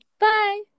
bye